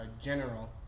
General